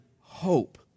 hope